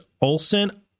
Olson